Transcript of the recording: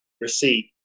receipt